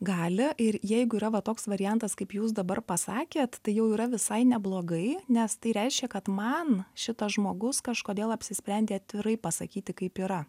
gali ir jeigu yra va toks variantas kaip jūs dabar pasakėt tai jau yra visai neblogai nes tai reiškia kad man šitas žmogus kažkodėl apsisprendė atvirai pasakyti kaip yra